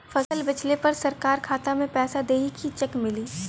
फसल बेंचले पर सरकार खाता में पैसा देही की चेक मिली?